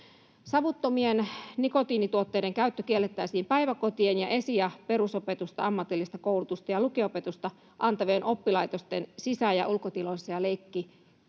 Savuttomien nikotiinituotteiden käyttö kiellettäisiin päiväkotien ja esi- ja perusopetusta, ammatillista koulutusta ja lukio-opetusta antavien oppilaitosten sisä- ja ulkotiloissa ja